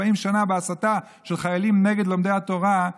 40 שנה בהסתה של חיילים נגד לומדי התורה,